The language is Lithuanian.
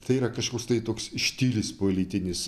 tai yra kažkoks tai toks štilis politinis